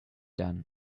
done